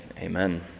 amen